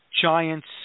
giants